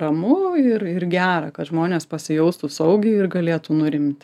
ramu ir ir gera kad žmonės pasijaustų saugiai ir galėtų nurimti